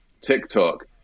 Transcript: TikTok